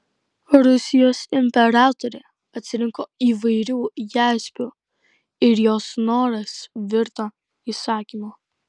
rusijos imperatorė atsirinko įvairių jaspių ir jos noras virto įsakymu